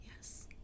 Yes